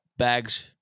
Bags